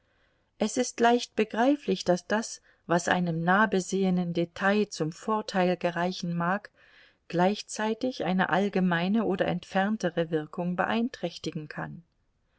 es ist leicht begreiflich daß das was einem nah besehenen detail zum vorteil gereichen mag gleichzeitig eine allgemeine oder entferntere wirkung beeinträchtigen kann